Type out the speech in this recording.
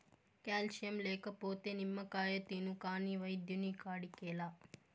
calcium లేకపోతే నిమ్మకాయ తిను కాని వైద్యుని కాడికేలా